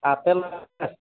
apple আছে